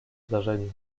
zdarzeniu